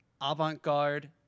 avant-garde